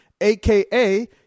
AKA